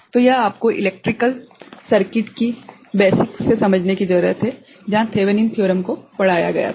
तो यह आपको इलेक्ट्रिकल सर्किट की मूल बातों से समझने की जरूरत है जहां थेवेनिन के प्रमेयThevenin's Theorem को पढ़ाया गया था